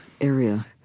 area